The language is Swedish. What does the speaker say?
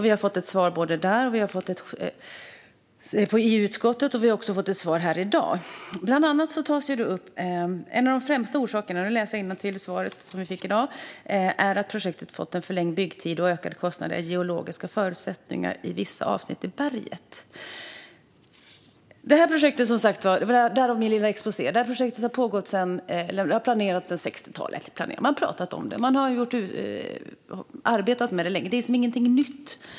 Vi har fått ett svar i utskottet, och vi har fått ett svar här i dag. Bland annat tas det upp att de främsta orsakerna - nu läser jag innantill i svaret som vi fick i dag - till att projektet får en förlängd byggtid och en ökad kostnad är de geologiska förutsättningarna i vissa avsnitt i berget. Det här projektet har planerats sedan 60-talet. Man har pratat om det. Man har arbetat med det länge. Det är liksom ingenting nytt.